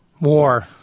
war